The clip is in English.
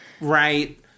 Right